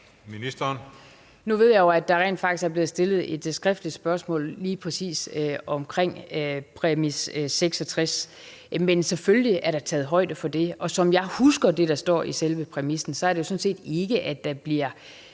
Støjberg): Nu ved jeg, at der rent faktisk er blevet stillet et skriftligt spørgsmål lige præcis om præmis 66. Men selvfølgelig er der taget højde for det, og som jeg husker det, der står i selve præmissen, er det sådan set ikke, at der bliver